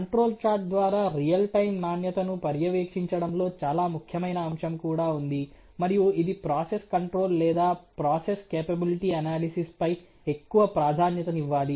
control chart ద్వారా real time నాణ్యతను పర్యవేక్షించడంలో చాలా ముఖ్యమైన అంశం కూడా ఉంది మరియు ఇది ప్రాసెస్ కంట్రోల్ లేదా ప్రాసెస్ క్యాపబిలిటీ అనాలిసిస్ పై ఎక్కువ ప్రాధాన్యతనివ్వాలి